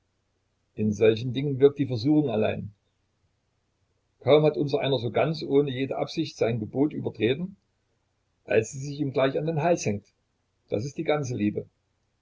in solchen dingen wirkt die versuchung allein kaum hat unsereiner so ganz ohne jede absicht sein gebot übertreten als sie sich ihm gleich an den hals hängt das ist die ganze liebe